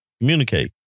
Communicate